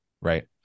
right